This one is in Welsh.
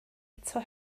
eto